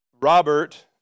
Robert